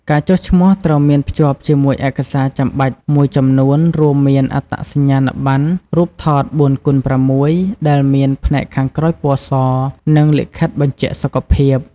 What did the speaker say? ការចុះឈ្មោះត្រូវមានភ្ជាប់ជាមួយឯកសារចាំបាច់មួយចំនួន រួមមានអត្តសញ្ញាណបណ្ណ រូបថត៤x៦ ដែលមាន ផ្ទៃខាងក្រោយពណ៌ស និងលិខិតបញ្ជាក់សុខភាព។